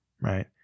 right